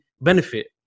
benefit